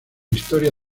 historia